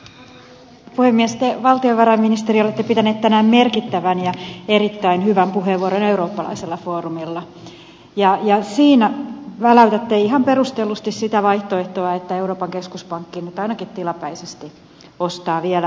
te valtiovarainministeri olette pitänyt tänään merkittävän ja erittäin hyvän puheenvuoron eurooppalaisella foorumilla ja siinä väläytätte ihan perustellusti sitä vaihtoehtoa että euroopan keskuspankki nyt ainakin tilapäisesti ostaa vielä enemmän